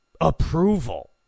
approval